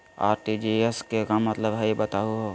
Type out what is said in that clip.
RTGS के का मतलब हई, बताहु हो?